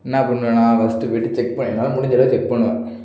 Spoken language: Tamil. என்ன பண்ணுவேன்னால் ஃபஸ்ட்டு போய்விட்டு செக் பண் என்னால் முடிஞ்ச அளவு செக் பண்ணுவேன்